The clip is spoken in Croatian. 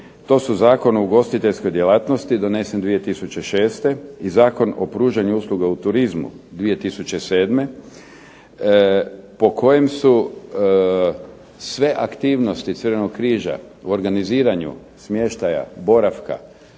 to su Zakon o ugostiteljskoj djelatnosti donesen 2006. i Zakon o pružanju usluga u turizmu 2007., po kojem su sve aktivnosti Crvenog križa u organiziranju smještaja, boravka,